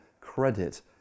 credit